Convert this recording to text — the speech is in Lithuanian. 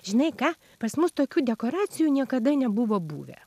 žinai ką pas mus tokių dekoracijų niekada nebuvo buvę